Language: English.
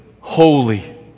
holy